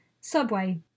Subway